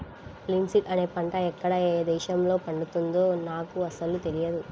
linseed అనే పంట ఎక్కడ ఏ దేశంలో పండుతుందో నాకు అసలు తెలియదు